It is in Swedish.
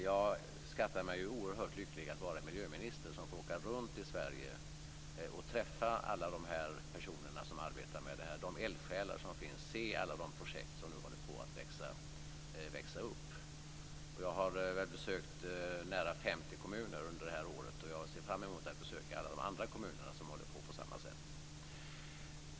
Jag skattar mig oerhört lycklig att vara miljöminister som får åka runt i Sverige och träffa alla de här personerna som arbetar med det här, de eldsjälar som finns, och se alla de projekt som nu håller på att växa upp. Jag har besökt nära 50 kommuner under det här året, och jag ser fram emot att besöka alla de andra kommunerna som håller på på samma sätt.